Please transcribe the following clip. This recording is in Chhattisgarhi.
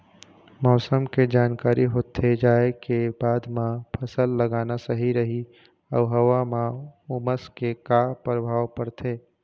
मौसम के जानकारी होथे जाए के बाद मा फसल लगाना सही रही अऊ हवा मा उमस के का परभाव पड़थे?